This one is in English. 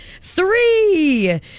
Three